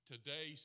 Today